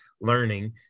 learning